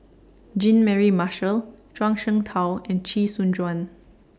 Jean Mary Marshall Zhuang Shengtao and Chee Soon Juan